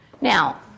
Now